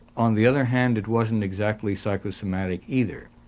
on the other hand it wasn't exactly psychosomatic either.